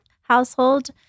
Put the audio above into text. household